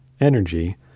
energy